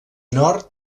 nord